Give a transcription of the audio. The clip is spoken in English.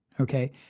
okay